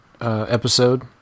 episode